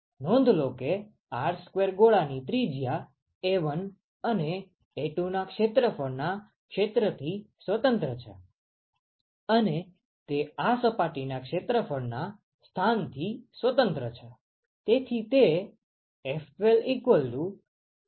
નોંધ લો કે R2 ગોળા ની ત્રિજ્યા A1 અને A2 ના ક્ષેત્રફળ ના ક્ષેત્રથી સ્વતંત્ર છે અને તે આ સપાટી ના ક્ષેત્રફળ ના સ્થાનથી સ્વતંત્ર છે